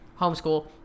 homeschool